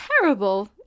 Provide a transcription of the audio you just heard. terrible